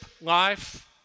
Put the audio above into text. life